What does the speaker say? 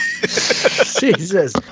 Jesus